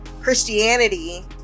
Christianity